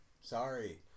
Sorry